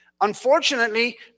Unfortunately